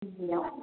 किजिआव